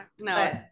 no